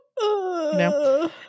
No